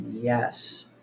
yes